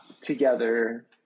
Together